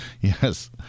Yes